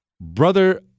Brother